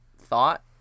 thought